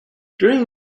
during